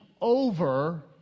over